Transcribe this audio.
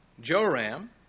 Joram